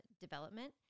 development